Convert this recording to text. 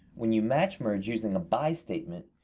when you match-merge using a by statement,